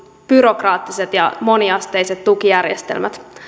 byrokraattiset ja moniasteiset tukijärjestelmät